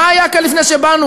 מה היה כאן לפני שבאנו,